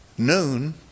Noon